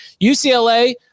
UCLA